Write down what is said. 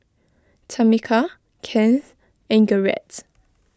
Tamica Kennth and Garrets